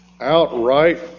outright